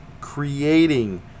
creating